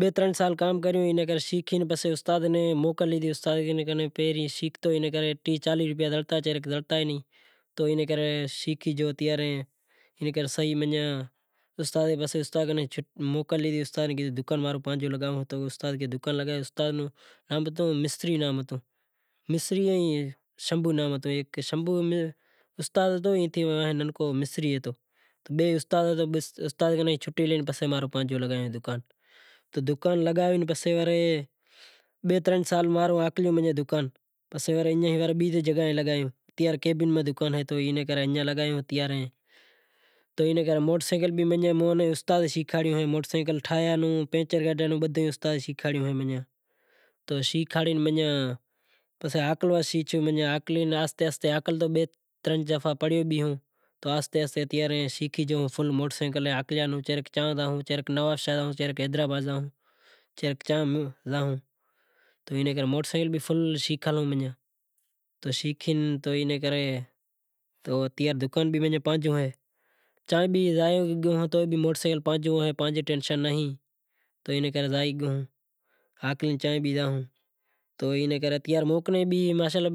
بئے ترن سال کام کریو سیکھے پسے استاد کنیں موکل لیدہی پہری شیکھتو تو ٹیہہ چالیہہ روپیا زڑتا چا رے زڑتا ئی نتھی شیکھے گیو استاد پسے موکل ملی، کہیو دکان پانجو لگاواں، استاد کیدہو دکان لگائو۔ استاد نو نام ہتو مصری مصری ائیں شمبھو نام ہتو بئی استاد ہتا۔ استاد کناں سوٹی لئی پسے پانجو دکان لگایو۔ تو دکان لگاوی پسے وری بیزے پاہے دکان لگایو۔ پہریں کئبن میں دکان ہتو پسے بیزے پاہے دکان راکھیو موٹر سینکل پنچر منیں استاد شیکھاڑیو تو شیکھاڑے منیں ہاکلنڑ نو کیدہو پسے آہستے آہستے ہاکلتو تو آہستے آہستےشیکھے گیو فل موٹرسینکل۔ بازار زاں چیاں زان تو چیاں زاں نواں نواں شہراں میں بھی زائوں تو اینے کرے موٹرسینکل بھی فل شیکھے گیو۔ چیاں بھی زاں تو موٹر سینکل پانجو ہوئے کائیں ٹینشن ناں ہوئے۔ تو اینے کرے چائیں بھی زائوں تو ماشااللہ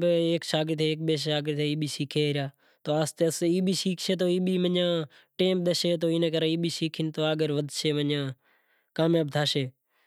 ہیک بے شاگرد بھی شیکھے ریا آہستے آہستے ای بھی شیکھسیں تو آگر ودھسیں تو ای بھی کامیاب تھیسیں۔